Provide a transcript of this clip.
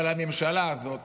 אבל הממשלה הזאת,